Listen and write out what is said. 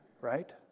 right